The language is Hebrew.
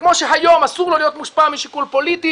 וכמו שהיום אסור לו להיות מושפע משיקול פוליטי